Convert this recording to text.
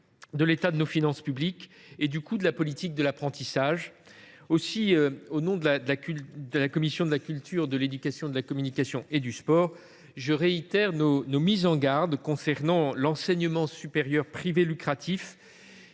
de l’état des finances publiques et du coût de la politique de l’apprentissage. Aussi, au nom de la commission de la culture, de l’éducation, de la communication et du sport, je réitère nos mises en garde concernant l’enseignement supérieur privé lucratif,